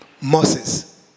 Moses